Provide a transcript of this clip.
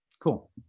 Cool